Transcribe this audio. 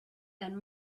and